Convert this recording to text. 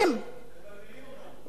מבלבלים אותנו.